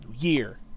year